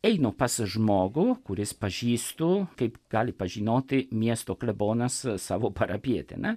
einu pas žmogų kuris pažįstu kaip gali pažinoti miesto klebonas savo parapijietį ar ne